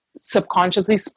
subconsciously